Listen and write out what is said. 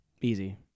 Easy